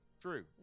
True